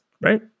right